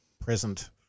present